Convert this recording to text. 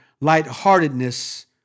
lightheartedness